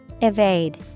Evade